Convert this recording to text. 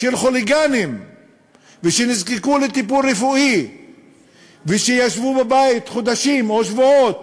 של חוליגנים ושנזקקו לטיפול רפואי ושישבו בבית חודשים או שבועות,